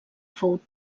fou